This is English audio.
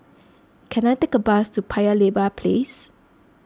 can I take a bus to Paya Lebar Place